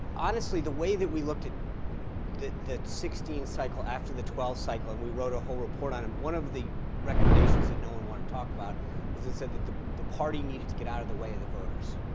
honestly, the way that we looked at the the sixteen cycle after the twelve cycle and we wrote a whole report on it and one of the recommendations that no one wanted to talk about was it said that the the party needed to get out of the way of the voters.